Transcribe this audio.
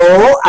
לא.